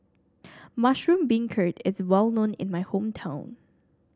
Mushroom Beancurd is well known in my hometown